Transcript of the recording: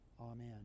amen